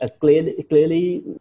clearly